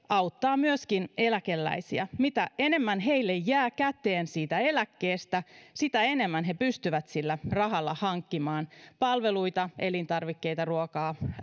auttaa myöskin eläkeläisiä mitä enemmän heille jää käteen siitä eläkkeestä sitä enemmän he pystyvät sillä rahalla hankkimaan palveluita elintarvikkeita ruokaa